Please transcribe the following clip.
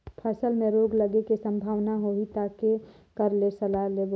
फसल मे रोग लगे के संभावना होही ता के कर ले सलाह लेबो?